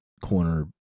corner